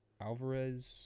Alvarez